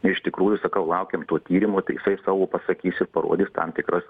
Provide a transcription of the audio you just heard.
iš tikrųjų sakau laukiam to tyrimo tai jisai savo pasakys ir parodys tam tikras